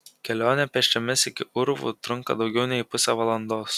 kelionė pėsčiomis iki urvų trunka daugiau nei pusę valandos